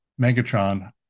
Megatron